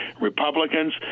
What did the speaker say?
Republicans